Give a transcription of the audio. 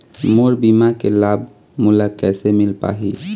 मोर बीमा के लाभ मोला कैसे मिल पाही?